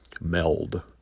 meld